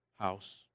house